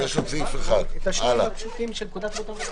יהיה כפל הקנס המינהלי האמור בסעיף קטן (ב); בסעיף זה,